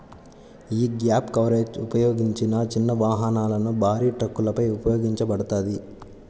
యీ gap coverage ఉపయోగించిన చిన్న వాహనాలు, భారీ ట్రక్కులపై ఉపయోగించబడతది